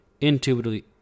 intuitively